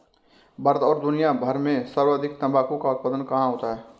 भारत और दुनिया भर में सर्वाधिक तंबाकू का उत्पादन कहां होता है?